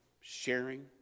Sharing